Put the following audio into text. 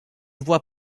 voie